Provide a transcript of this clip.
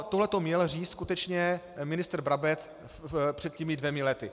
Tohleto měl říct skutečně ministr Brabec před těmi dvěma lety.